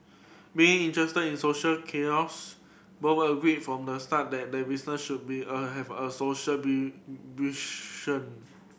being interested in social chaos both agreed from the start that their business should be a a have a social be